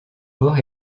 bords